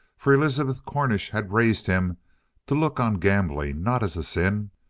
for elizabeth cornish had raised him to look on gambling not as a sin,